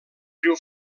riu